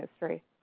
history